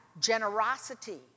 generosity